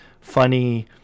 funny